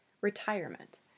Retirement